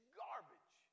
garbage